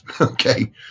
Okay